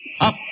Up